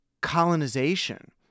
colonization